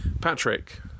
Patrick